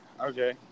Okay